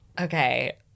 Okay